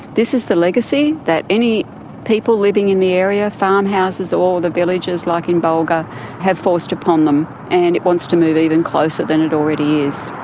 this is the legacy that any people living in the area farmhouses, or the villages, like in bulga have forced upon them, and it wants to move even closer than it already is.